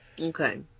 Okay